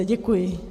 Děkuji.